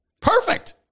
Perfect